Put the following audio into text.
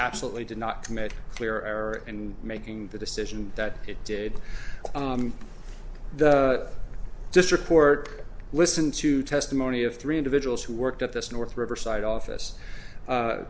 absolutely did not commit clear error and making the decision that it did just report listen to testimony of three individuals who worked at this north riverside office